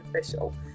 official